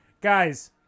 Guys